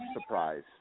surprise